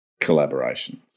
collaborations